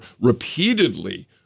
repeatedly